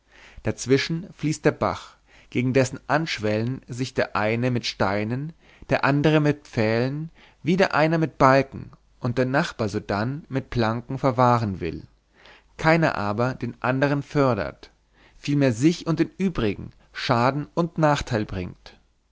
dazwischen fließt der bach gegen dessen anschwellen sich der eine mit steinen der andere mit pfählen wieder einer mit balken und der nachbar sodann mit planken verwahren will keiner aber den andern fördert vielmehr sich und den übrigen schaden und nachteil bringt